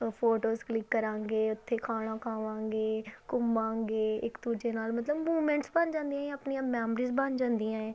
ਅ photos click ਕਰਾਂਗੇ ਉੱਥੇ ਖਾਣਾ ਖਾਵਾਂਗੇ ਘੁੰਮਾਂਗੇ ਇੱਕ ਦੂਜੇ ਨਾਲ ਮਤਲਬ ਮੂਵਮੈਂਟਸ ਬਣ ਜਾਂਦੀਆਂ ਆਪਣੀਆਂ ਮੈਮਰੀਜ਼ ਬਣ ਜਾਂਦੀਆਂ ਹੈ